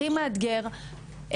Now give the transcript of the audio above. הכי מאתגר,